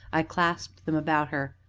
i clasped them about her.